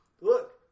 look